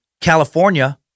California